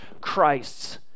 Christs